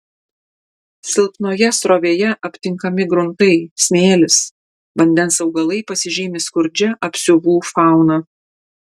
silpnoje srovėje aptinkami gruntai smėlis vandens augalai pasižymi skurdžia apsiuvų fauna